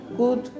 good